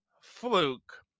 fluke